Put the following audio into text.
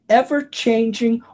ever-changing